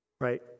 right